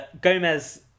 Gomez